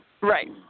right